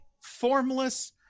formless